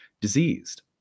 diseased